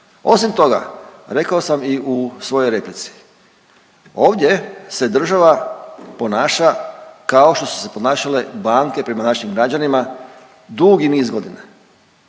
Osim toga rekao sam i u svojoj replici, ovdje se država ponaša kao što su se ponašale banke prema našim građanima dugi niz godina.